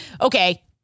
okay